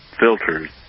filters